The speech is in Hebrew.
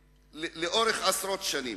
לאורך עשרות שנים,